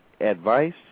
advice